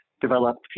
developed